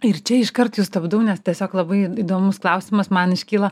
ir čia iškart jus stabdau nes tiesiog labai įdomus klausimas man iškyla